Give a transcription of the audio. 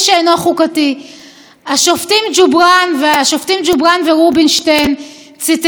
השופטים ג'ובראן ורובינשטיין ציטטו אותו בפסק הדין שלהם,